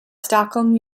stockholm